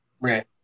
Right